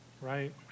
right